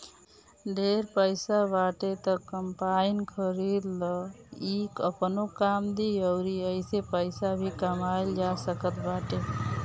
ढेर पईसा बाटे त कम्पाईन खरीद लअ इ आपनो काम दी अउरी एसे पईसा भी कमाइल जा सकत बाटे